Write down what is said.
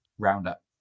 Roundup